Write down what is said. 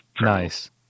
Nice